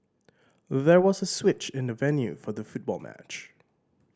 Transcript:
there was a switch in the venue for the football match